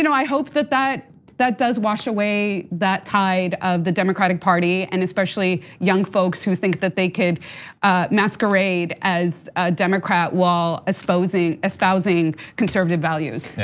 you know i hope that that that does wash away that tide of the democratic party and especially young folks who think that they could masquerade as democrat wall as opposing espousing conservative values.